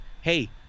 hey